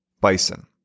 bison